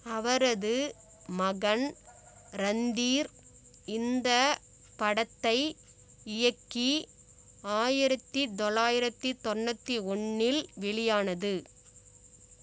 அவரது மகன் ரந்தீர் இந்தப் படத்தை இயக்கி ஆயிரத்து தொள்ளாயிரத்து தொண்ணூற்றி ஒன்றில் வெளியானது